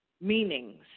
meanings